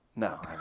No